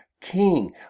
king